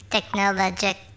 Technologic